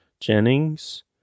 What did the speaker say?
Jennings